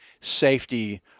safety